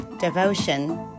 Devotion